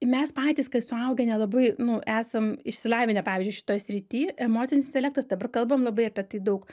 mes patys kai suaugę nelabai nu esam išsilavinę pavyzdžiui šitoj srity emocinis intelektas dabar kalbam labai apie tai daug